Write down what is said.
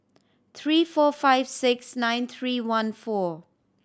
three four five six nine three one four